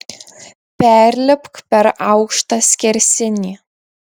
perlipk per aukštą skersinį